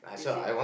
is it